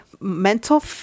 mental